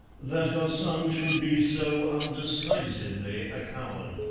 that her son should be so undisguisedly a coward.